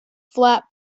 flap